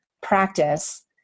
practice